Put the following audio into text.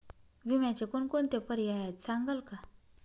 विम्याचे कोणकोणते पर्याय आहेत सांगाल का?